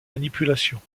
manipulations